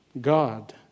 God